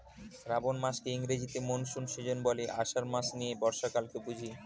শ্রাবন মাসকে ইংরেজিতে monsoon season বলে, আষাঢ় মাস নিয়ে বর্ষাকালকে বুঝি